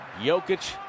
Jokic